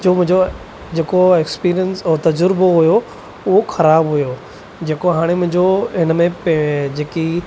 जो मुंहिंजो जेको एक्सपीरियंस उहो तज़ुर्बो हुओ उहो ख़राबु हुओ जेको हाणे मुंहिंजो हिन में पै जेकी